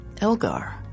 Elgar